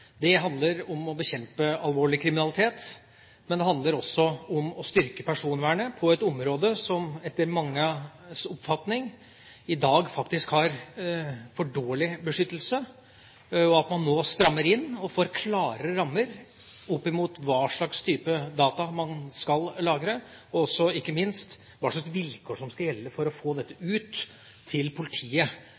datalagringsdirektivet, handler om å bekjempe alvorlig kriminalitet, men det handler også om å styrke personvernet på et område som etter manges oppfatning i dag har for dårlig beskyttelse, og at man nå strammer inn og får klare rammer for hva slags type data man skal lagre, og ikke minst hvilke vilkår som skal gjelde for å få dette ut til politiet